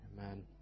Amen